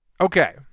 Okay